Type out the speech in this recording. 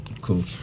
Cool